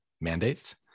mandates